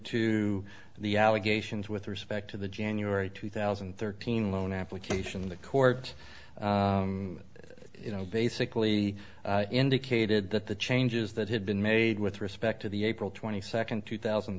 to the allegations with respect to the january two thousand and thirteen loan application the court you know basically indicated that the changes that had been made with respect to the april twenty second two thousand